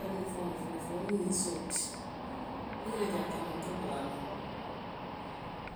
foloo foloo wo mu ninsoo le ti, niŋ a n ŋa a je a naa, n ka bori a ma le.